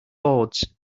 boards